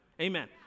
Amen